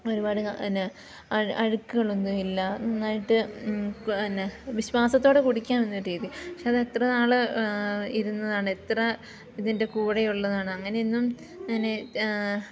ഒരുപാട് നാ പിന്നെ അഴുക്കുകളൊന്നും ഇല്ല നന്നായിട്ട് പിന്നെ വിശ്വാസത്തോടെ കുടിക്കാവുന്ന രീതി പക്ഷെ അത് എത്ര നാൾ ഇരുന്നതാണ് എത്ര ഇതിൻ്റെ കൂടെയുള്ളതാണ് അങ്ങനെയൊന്നും അങ്ങനെ